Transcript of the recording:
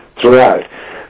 throughout